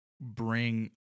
bring